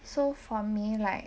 so for me like